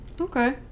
Okay